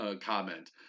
comment